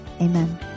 amen